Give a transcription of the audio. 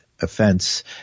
offense